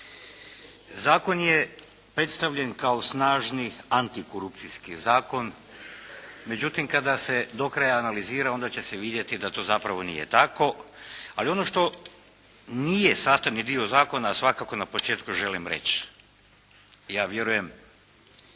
Zakon je predstavljen kao snažni antikorupcijski zakon, međutim kada se do kraja analizira onda će se vidjeti da to zapravo nije tako. Ali ono što nije sastavni dio zakona, a svakako na početku želim reći, ja vjerujem